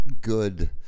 good